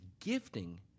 gifting